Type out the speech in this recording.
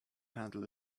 handled